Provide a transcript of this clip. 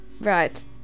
Right